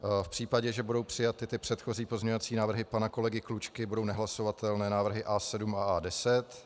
V případě, že budou přijaty ty předchozí pozměňovací návrhy pana kolegy Klučky, budou nehlasovatelné návrhy A7 a A10.